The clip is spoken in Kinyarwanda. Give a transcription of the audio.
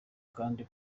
kandi